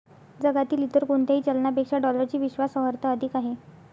जगातील इतर कोणत्याही चलनापेक्षा डॉलरची विश्वास अर्हता अधिक आहे